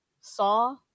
saw